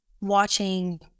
watching